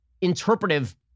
interpretive